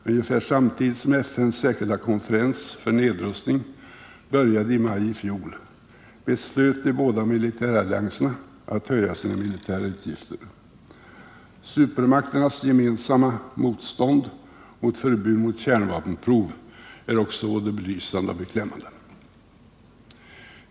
Ungefär samtidigt som FN:s särskilda konferens för nedrustning började i maj i fjol beslöt de båda militärallianserna att höja sina militära utgifter. Supermakternas gemensamma motstånd mot förbud mot kärnvapenprov är vidare både belysande och beklämmande.